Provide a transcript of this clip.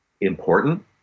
important